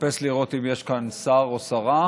מחפש לראות אם יש כאן שר או שרה.